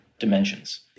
dimensions